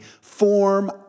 form